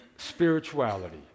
spirituality